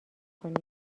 کنید